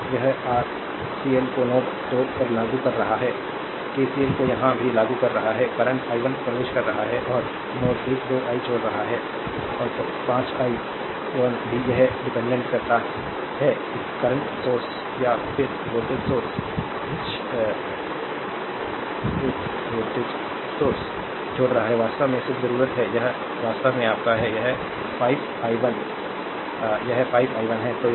तो तो यह आरसीएल को नोड 2 पर लागू कर रहा है केसीएल को यहां भी लागू कर रहा है करंट i 1 प्रवेश कर रहा है और नोड 2 i 3 छोड़ रहा है और 5 i 1 भी यह डिपेंडेंट करता है करंट सोर्स यह भी छोड़ रहा है तो यह वास्तव में सिर्फ जरूरत है यह वास्तव में आपका है यह 5 i 1 यह 5 i 1 है